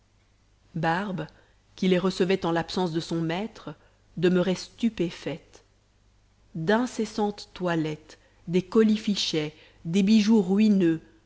barbe qui les recevait en l'absence de son maître demeurait stupéfaite d'incessantes toilettes des colifichets des bijoux ruineux